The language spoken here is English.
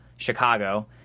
Chicago